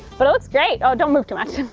but it looks great. oh, don't move too much,